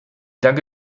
danke